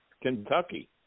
Kentucky